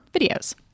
videos